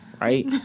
right